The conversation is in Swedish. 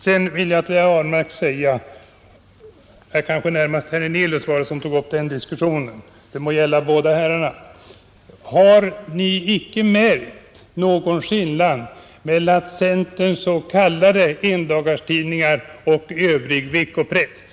Sedan vill jag fråga herr Hernelius — och det må gälla också herr Ahlmark: Har ni verkligen icke märkt någon skillnad mellan centerns s.k. endagstidningar och övrig veckopress?